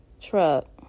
truck